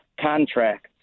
contracts